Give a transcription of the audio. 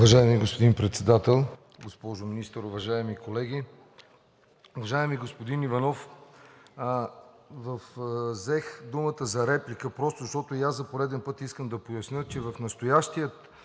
Уважаеми господин Председател, госпожо Министър, уважаеми колеги! Уважаеми господин Иванов, взех думата за реплика, защото и аз за пореден път искам да поясня, че в настоящия